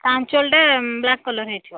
ତା ଆଞ୍ଚଲ୍ଟା black collar ହୋଇଥିବ